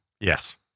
Yes